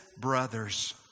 brothers